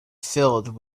filled